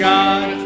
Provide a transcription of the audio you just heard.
God